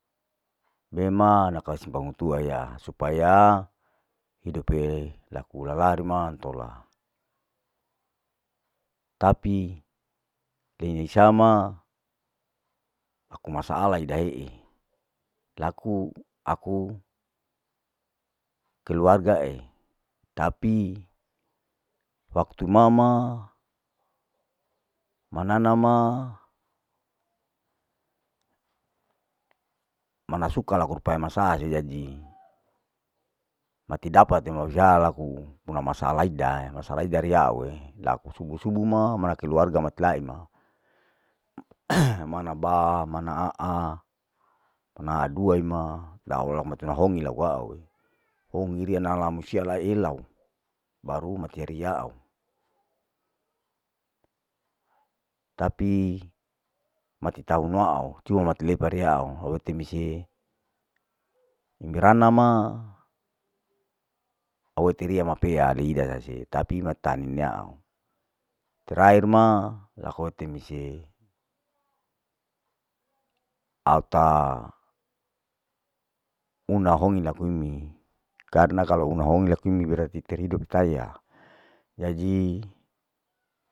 Me ma naka simpang hutua ya supaya hidupe laku lalari ma intola, tapi teinai sama aku masaala idaee, laku aku keluargae tapi waktu mama, manana ma mana suka laku pae masa sujanji, mati dapate ma usa laku una masa idae, masala idda riya awe laku subuh subuh ma mana keluarga mat laeng ma, mana ba mana aa, ma ana dua ima laola mati lahomi mati la homi la wawue, homi riya nala musiala elau, baru mati ariau, tapi mati tau nuao cuma mati lepa rio awete mise, merana ma awete riya mapea reida nase tapi mata niau, terakhir ma laku ete mise, au ta una honi lakomi karna kalu una homi lakomi berarti terido utayya, jadi.